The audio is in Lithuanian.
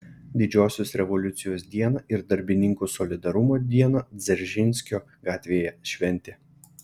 didžiosios revoliucijos dieną ir darbininkų solidarumo dieną dzeržinskio gatvėje šventė